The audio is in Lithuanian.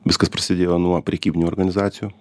viskas prasidėjo nuo prekybinių organizacijų